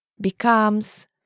becomes